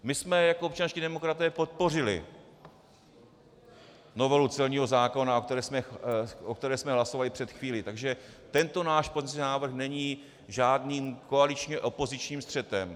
My jsme jako občanští demokraté podpořili novelu celního zákona, o které jsme hlasovali před chvílí, takže tento náš pozměňovací návrh není žádným koaličně opozičním střetem.